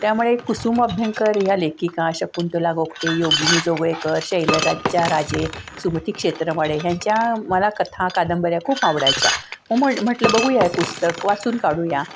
त्यामुळे कुसुम अभ्यंकर ह्या लेखिका शकुंतला गोगटे योगिनी जोगळेकर शैलजा राजे सुमती क्षेत्रमाडे ह्यांच्या मला कथा कादंबऱ्या खूप आवडायच्या मग म्हटलं बघूया हे पुस्तक वाचून काढूया